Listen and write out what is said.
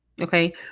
okay